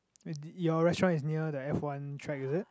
your restaurant is near the F one track is it